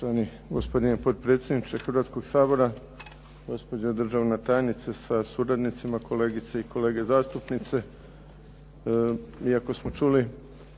Hrvatskog sabora, gospođo državna tajnice sa suradnicima, kolegice i kolege zastupnici. Iako smo čuli